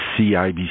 CIBC